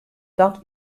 dat